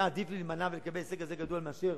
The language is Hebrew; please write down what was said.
היה עדיף להימנע ולקבל הישג כזה גדול מאשר